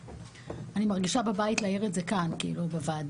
אני מרגישה בבית להעיר את זה כאן בוועדה.